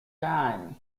time